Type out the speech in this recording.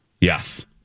Yes